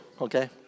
okay